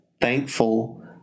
thankful